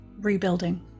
rebuilding